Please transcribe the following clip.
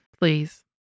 please